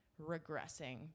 regressing